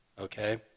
okay